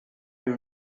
your